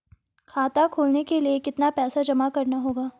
खाता खोलने के लिये कितना पैसा जमा करना होगा?